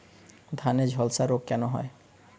ধানে ঝলসা রোগ কেন হয়?